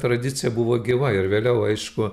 tradicija buvo gyva ir vėliau aišku